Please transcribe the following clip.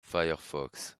firefox